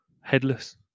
headless